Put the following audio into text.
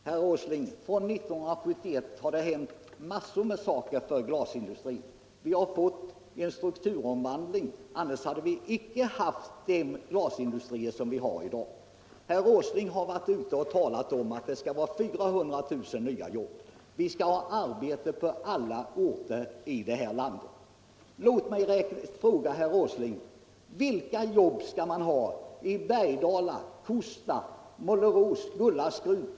Herr talman! Sedan 1971 har det hänt massor inom glasindustrin, herr Åsling! Det har bl.a. skett en strukturomvandling — annars hade vi icke 'n —a halt den glasindustri som vi har i dag. Herr Åsling har talat om att åstadkomma 400 000 nya iobb: alla orter här i landet skall ha arbete. Låt mig fråga herr Åsling: Vilka jobb skall man då ha i Bergdala. Kosta, Målerås, Gullaskruv.